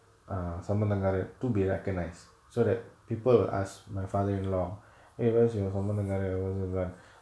err சம்மந்தகாரங்க:sammanthakaaranga to be recognised so that people will ask my father-in-law he was சம்மந்தகாரங்க:sammanthakaaranga was a run